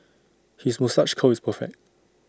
his moustache curl is perfect